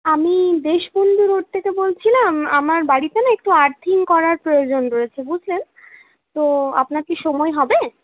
আমি দেশবন্ধু রোড থেকে বলছিলাম আমার বাড়িতে না একটু আর্থিং করার প্রয়োজন রয়েছে বুঝলেন তো আপনার কি সময় হবে